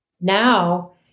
now